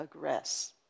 aggress